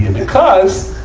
because